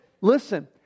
listen